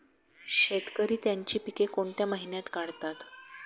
शेतकरी त्यांची पीके कोणत्या महिन्यात काढतात?